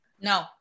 No